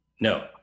No